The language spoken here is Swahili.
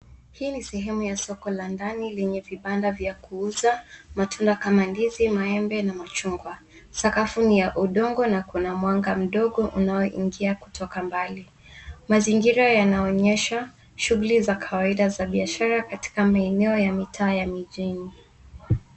Hii ni sehemu ya soko la ndani lenye vibanda vya kuuza matunda kama ndizi, maembe na machungwa. Sakafu ni yaudongo na kuna mwanga mdogo unaoingia kutoka mbali. Mazingira yanaonyesha shughuli za kawaida za biashara katika maeneo ya mitaa ya mijini.